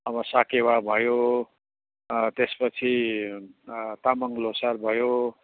अब साकेवा भयो त्यसपछि तामाङ लोसार भयो